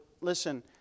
listen